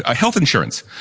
ah health insurance.